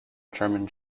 german